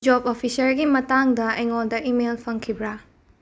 job ꯑꯣꯐꯤꯁꯔꯒꯤ ꯃꯇꯥꯡꯗ ꯑꯩꯉꯣꯟꯗ ꯏꯃꯦꯜ ꯐꯪꯈꯤꯕ꯭ꯔꯥ